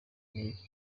n’iki